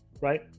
right